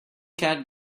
cat